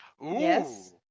Yes